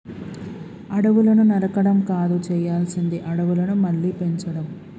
అడవులను నరకడం కాదు చేయాల్సింది అడవులను మళ్ళీ పెంచడం